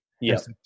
Yes